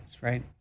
right